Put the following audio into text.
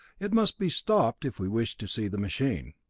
it must be stopped if we wish to see the machine.